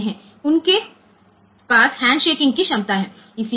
उनके पास हैंडशेकिंग की क्षमता है